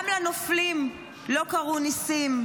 גם לנופלים לא קרו ניסים,